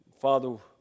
Father